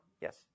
Yes